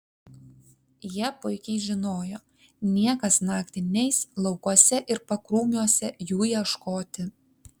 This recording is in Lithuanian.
jie puikiai žinojo niekas naktį neis laukuose ir pakrūmiuose jų ieškoti